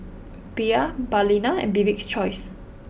Bia Balina and Bibik's choice